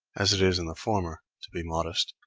as it is in the former to be modest.